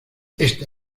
esta